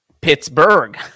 Pittsburgh